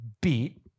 beat